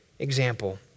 example